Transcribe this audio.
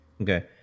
Okay